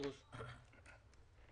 אדוני היושב-ראש,